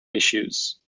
issues